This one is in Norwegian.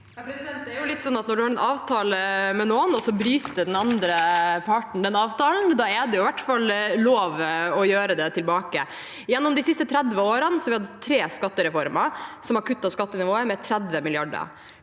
Når man har en avtale med noen og den andre parten bryter avtalen, er det i hvert fall lov å gjøre det tilbake. Gjennom de siste 30 årene har vi hatt tre skattereformer, som har kuttet skattenivået med 30 mrd.